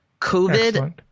covid